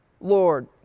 Lord